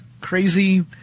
crazy